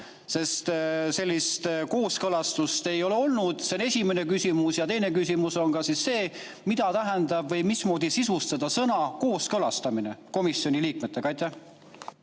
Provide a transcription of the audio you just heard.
sest sellist kooskõlastust ei ole olnud. See on esimene küsimus. Ja teine küsimus on see: mida tähendab või mismoodi sisustada sõna "kooskõlastamine" komisjoni liikmetega?